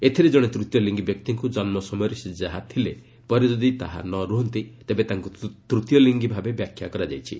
ଏଥିରେ ଜଣେ ତୃତୀୟ ଲିଙ୍ଗୀ ବ୍ୟକ୍ତିଙ୍କୁ ଜନ୍ମ ସମୟରେ ସେ ଯାହା ଥିଲେ ପରେ ଯଦି ତାହା ନରୁହନ୍ତି ତେବେ ତାଙ୍କୁ ତୃତୀୟ ଲିଙ୍ଗୀ ଭାବେ ବ୍ୟାଖ୍ୟା କରାଯାଇଛି